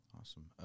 Awesome